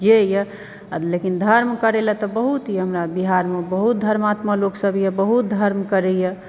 जे यऽ लेकिन धर्म करए लऽ तऽ बहुत ही हमरा बिहारमे बहुत धर्मात्मा लोक सब यऽ बहुत धर्म करैए